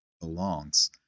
belongs